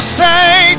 say